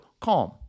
CALM